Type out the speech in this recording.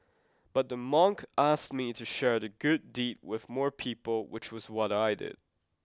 but the monk asked me to share the good deed with more people which was what I did